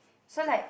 so like